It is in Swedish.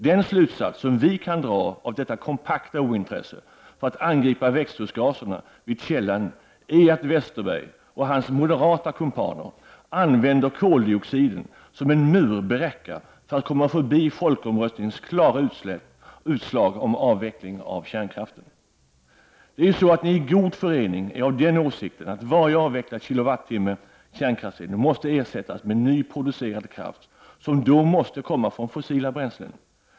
Den slutsats som vi i miljöpartiet kan dra av detta kompakta ointresse för att angripa växthusgaserna vid källan är att Bengt Westerberg och hans moderata kumpaner använder koldioxiden som en murbräcka för att komma förbi det klara utslaget från folkomröstningen om avveckling av kärnkraften. Ni är i god förening ense om att varje avvecklad kWh kärnkrafts-el måste ersättas med ny producerad kraft som då måste komma från fossila bränslen.